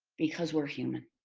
because we're human.